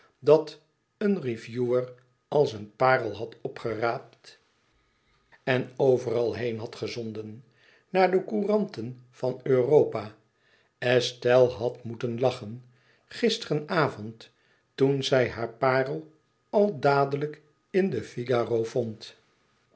dat een reviewer als een parel had opgeraapt en overal had heen gezonden naar alle couranten van europa estelle had moeten lachen gisteren avond toen zij haar parel al dadelijk in den figaro vond